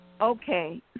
Okay